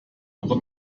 aber